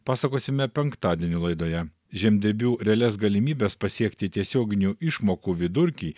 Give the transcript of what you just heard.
pasakosime penktadienio laidoje žemdirbių realias galimybes pasiekti tiesioginių išmokų vidurkį